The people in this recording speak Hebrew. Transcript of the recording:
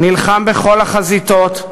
נלחם בכל החזיתות,